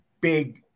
big